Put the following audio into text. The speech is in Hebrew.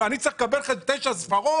אני צריך לקבל תשע ספרות?